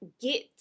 get